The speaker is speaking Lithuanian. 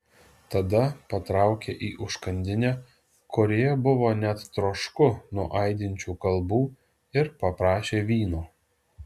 tada patraukė į užkandinę kurioje buvo net trošku nuo aidinčių kalbų ir paprašė vyno